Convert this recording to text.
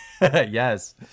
Yes